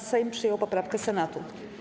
Sejm przyjął poprawkę Senatu.